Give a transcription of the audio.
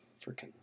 Freaking